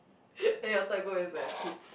then your third goal is to have kids